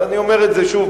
אני אומר את זה שוב,